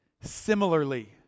Similarly